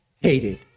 hated